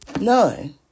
None